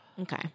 Okay